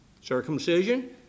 Circumcision